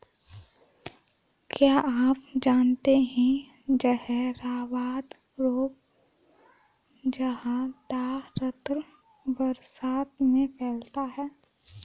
क्या आप जानते है जहरवाद रोग ज्यादातर बरसात में फैलता है?